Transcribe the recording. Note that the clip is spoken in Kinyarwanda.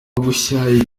gushya